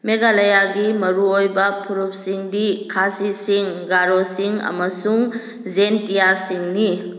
ꯃꯦꯘꯥꯂꯌꯥꯒꯤ ꯃꯔꯨꯑꯣꯏꯕ ꯐꯨꯔꯨꯞꯁꯤꯡꯗꯤ ꯈꯥꯁꯤꯁꯤꯡ ꯒꯥꯔꯣꯁꯤꯡ ꯑꯃꯁꯨꯡ ꯖꯦꯟꯇꯤꯌꯥꯁꯤꯡꯅꯤ